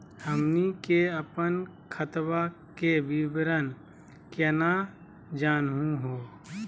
हमनी के अपन खतवा के विवरण केना जानहु हो?